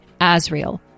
Asriel